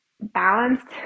balanced